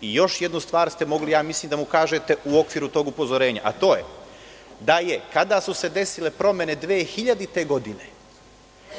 Još jednu star ste mogli da mu kažete u okviru tog upozorenja, a to je da je, kada su se desile promene 2000. godine